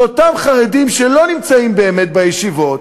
אותם חרדים שלא נמצאים באמת בישיבות,